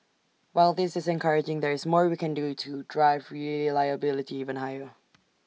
while this is encouraging there is more we can do to drive reliability even higher